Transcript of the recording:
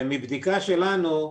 מבדיקה שלנו,